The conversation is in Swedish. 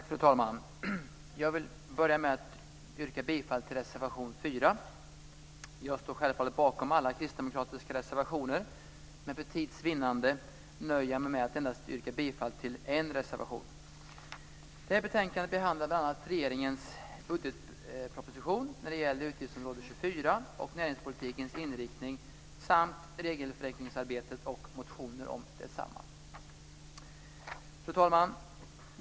Fru talman! Jag vill börja med att yrka bifall till reservation 2. Jag står självfallet bakom alla kristdemokratiska reservationer. Men för tids vinnande nöjer jag mig med att yrka bifall till endast en reservation. Det här betänkandet behandlar bl.a. regeringens budgetproposition när det gäller utgiftsområde 24 och näringspolitikens inriktning samt regelförenklingsarbetet och motioner om detsamma. Fru talman!